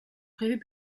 prévue